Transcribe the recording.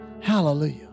Hallelujah